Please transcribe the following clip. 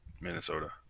Minnesota